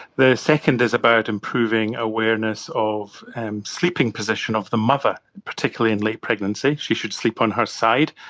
the second is about improving awareness of and sleeping position of the mother, particularly in late pregnancy, she should sleep on her side,